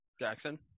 Jackson